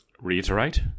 reiterate